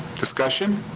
discussion?